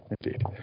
Indeed